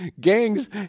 gangs